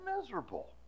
miserable